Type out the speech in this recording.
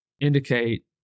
indicate